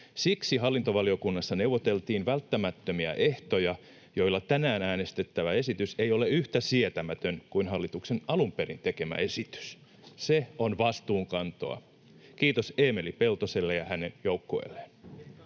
Siksi hallintovaliokunnassa neuvoteltiin välttämättömiä ehtoja, joilla tänään äänestettävä esitys ei ole yhtä sietämätön kuin hallituksen alun perin tekemä esitys. Se on vastuunkantoa. Kiitos Eemeli Peltoselle ja hänen joukkueelleen.